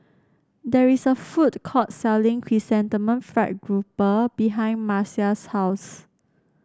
there is a food court selling Chrysanthemum Fried Grouper behind Marcia's house